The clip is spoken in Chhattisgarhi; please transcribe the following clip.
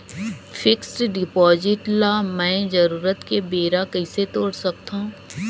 फिक्स्ड डिपॉजिट ल मैं जरूरत के बेरा कइसे तोड़ सकथव?